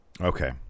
Okay